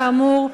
כאמור,